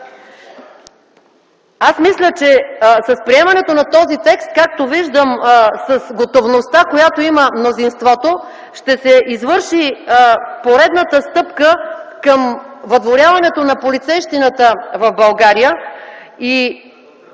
Аз мисля, че с приемането на този текст, както виждам с готовността, която има мнозинството, ще се извърши поредната стъпка към въдворяването на полицейщината в България.